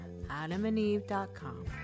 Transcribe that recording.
AdamandEve.com